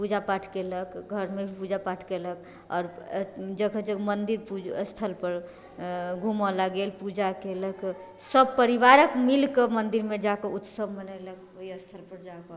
पूजा पाठ केलक घरमे भी पूजा पाठ केलक आओर जगह जगह मंदिर स्थल पर घूमऽ लऽ गेल पूजा केलक सब परिवारके मिलके मंदिरमे जाके उत्सव मनेलक ओहि स्थल पर जाकऽ